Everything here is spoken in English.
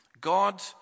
God